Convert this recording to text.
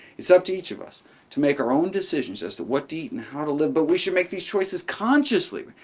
it's up to each of us to make our own decisions as to what to eat and how to live, but we should make these choices consciously,